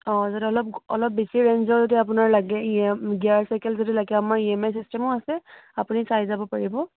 অ' যদি অলপ অলপ বেছি ৰেন্জৰ যদি আপোনাৰ লাগে ইএ গিয়েৰ চাইকেল যদি লাগে আমাৰ ই এম আই চিষ্টেমো আছে আপুনি চাই যাব পাৰিব